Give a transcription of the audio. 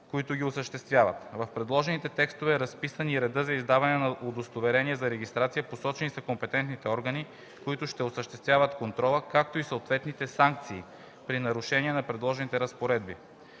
които ги осъществяват. В предложените текстове е разписан и реда за издаване на удостоверения за регистрация, посочени са компетентните органи, които ще осъществяват контрола, както и съответните санкции при нарушение на предложените разпоредби.